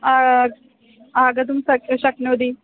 आगन्तुं स शक्नोति